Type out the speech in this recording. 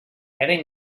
eren